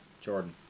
Jordan